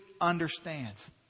understands